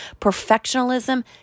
perfectionism